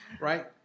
right